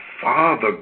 Father